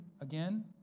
again